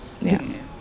yes